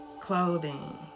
clothing